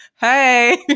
hey